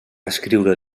escriure